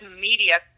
media